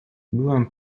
byłem